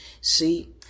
see